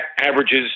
averages